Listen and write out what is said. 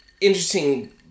interesting